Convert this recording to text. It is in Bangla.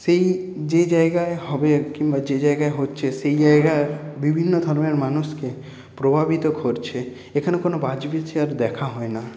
সেই যে জায়গায় হবে কিংবা যে জায়গায় হচ্ছে সেই জায়গার বিভিন্ন ধর্মের মানুষকে প্রভাবিত করছে এখানে কোনো বাছবিচার দেখা হয় না